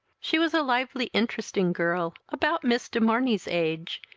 she was a lively interesting girl, about miss de morney's age,